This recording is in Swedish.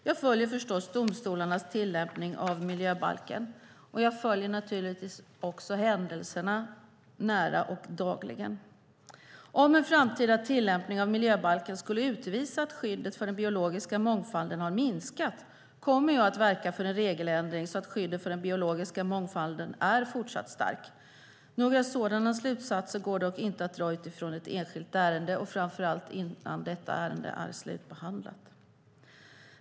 Jag följer förstås domstolarnas tillämpning av miljöbalken. Jag följer naturligtvis också händelserna nära och dagligen. Om en framtida tillämpning av miljöbalken skulle utvisa att skyddet för den biologiska mångfalden har minskat kommer jag att verka för en regeländring så att skyddet för den biologiska mångfalden är fortsatt starkt. Några sådana slutsatser går dock inte att dra utifrån ett enskilt ärende och framför allt inte innan detta ärende är slutbehandlat.